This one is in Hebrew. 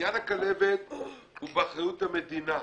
עניין הכלבת הוא באחריות המדינה,